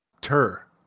tur